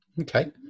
Okay